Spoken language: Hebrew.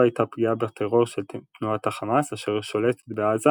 הייתה פגיעה בטרור של תנועת החמאס אשר שולטת בעזה